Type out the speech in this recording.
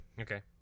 Okay